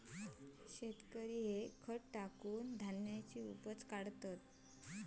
शेतकरी खत टाकान धान्याची उपज काढतत